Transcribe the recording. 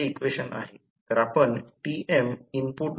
तर या एकाच फॅज ट्रान्सफॉर्मर चा समारोप झाला